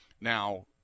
Now